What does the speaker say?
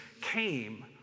came